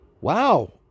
Wow